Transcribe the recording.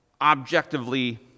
objectively